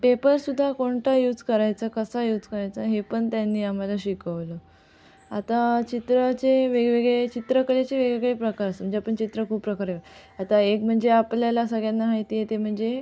पेपरसुद्धा कोणता यूज करायचा कसा यूज करायचा हे पण त्यांनी आम्हाला शिकवलं आता चित्राचे वेगवेगळे चित्रकलेचे वेगवेगळे प्रकार असतात म्हणजे आपण चित्र खूप प्रकारे आता एक म्हणजे आपल्याला सगळ्यांना माहीत आहे ते म्हणजे